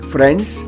Friends